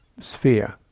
sphere